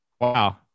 Wow